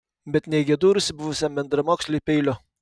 bet neigė dūrusi buvusiam bendramoksliui peiliu